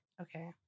okay